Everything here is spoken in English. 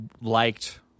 liked